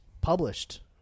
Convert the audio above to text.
published